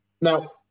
Now